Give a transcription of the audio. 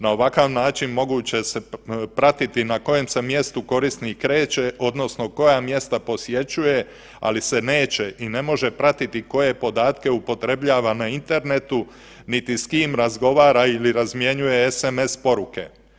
Na ovakav način moguće se pratiti na kojem se mjestu korisnik kreće odnosno koja mjesta posjećuje ali se neće i ne može pratiti koje podatke upotrebljava na internetu niti s kim razgovara ili razmjenjuje sms poruke.